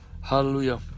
Hallelujah